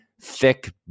Thick